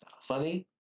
funny